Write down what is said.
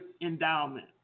endowment